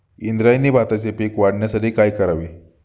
इंद्रायणी भाताचे पीक वाढण्यासाठी काय करावे?